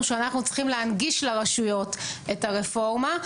שאנחנו צריכים להנגיש לרשויות את הרפורמה,